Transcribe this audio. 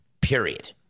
period